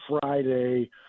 Friday